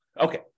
Okay